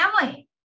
family